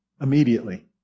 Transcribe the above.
immediately